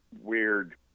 weird